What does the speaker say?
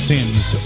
Sins